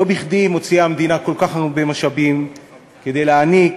לא בכדי מוציאה המדינה כל כך הרבה משאבים כדי להעניק